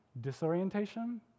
disorientation